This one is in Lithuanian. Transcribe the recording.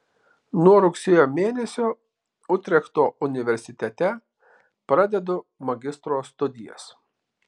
nuo rugsėjo mėnesio utrechto universitete pradedu magistro studijas